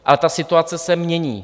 Ale ta situace se mění.